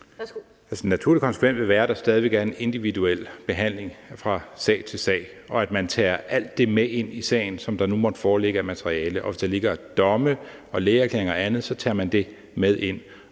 Den naturlige konsekvens ville være, at der stadigvæk er en individuel behandling fra sag til sag, og at man tager alt det med ind i sagen, som der nu måtte foreligge af materiale. Hvis der ligger domme og lægeerklæringer og andet, tager man det med ind.